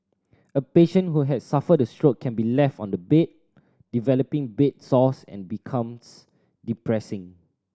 a patient who has suffered a stroke can be left on the bed developing bed sores and becomes depressing